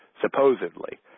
supposedly